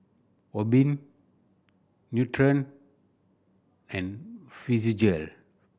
Obimin Nutren and Physiogel